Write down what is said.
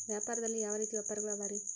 ವ್ಯಾಪಾರದಲ್ಲಿ ಯಾವ ರೇತಿ ವ್ಯಾಪಾರಗಳು ಅವರಿ?